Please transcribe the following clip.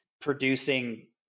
producing